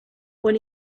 when